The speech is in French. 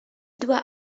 doit